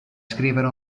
scrivere